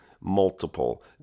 multiple